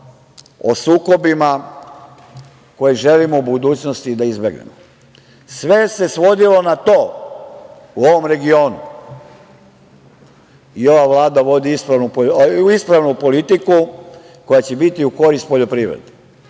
o sukobima koje želimo u budućnosti da izbegnemo. Sve se svodilo na to u ovom regionu i ova Vlada vodi ispravnu politiku koja će biti u korist poljoprivredi. Što